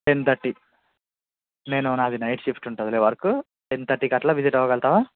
ten thirty నేను నాది night shift ఉంటుంది వర్క్ టెన్ థర్టీకి అట్ల విజిట్ అవ్వగలుగుతావా